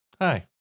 hi